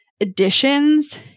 additions